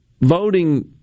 voting